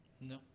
No